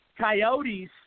coyotes